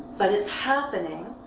but it's happening,